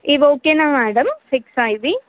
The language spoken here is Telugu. ఇవి ఓకేనా మేడం ఫిక్సా ఇవి